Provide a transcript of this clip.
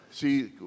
See